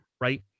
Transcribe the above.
right